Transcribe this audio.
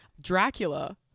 Dracula